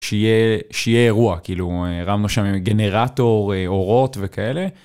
שיהיה שיהיה אירוע, כאילו הרמנו שם גנרטור אורות וכאלה.